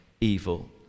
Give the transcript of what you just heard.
evil